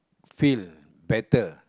feel better